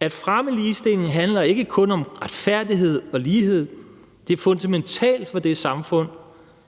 Kl. 14:06 At fremme ligestillingen handler ikke kun om retfærdighed og lighed; det er fundamentalt for det samfund,